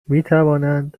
میتوانند